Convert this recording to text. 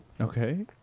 Okay